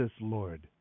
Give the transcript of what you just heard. Lord